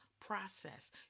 process